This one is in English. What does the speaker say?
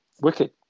Wicked